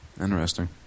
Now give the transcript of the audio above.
Interesting